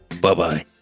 Bye-bye